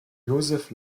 josef